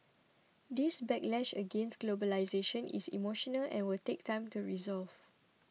this backlash against globalisation is emotional and will take time to resolve